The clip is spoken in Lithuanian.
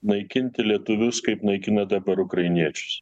naikinti lietuvius kaip naikina dabar ukrainiečius